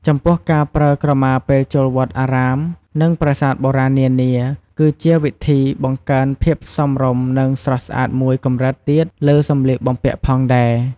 ចំពោះការប្រើក្រមាពេលចូលវត្តអារាម និងប្រាសាទបុរាណនានា គឺជាវិធីបង្កើនភាពសមរម្យនិងស្រស់ស្អាតមួយកម្រិតទៀតលើសម្លៀកបំពាក់ផងដែរ។